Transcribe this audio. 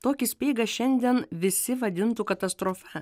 tokį speigą šiandien visi vadintų katastrofa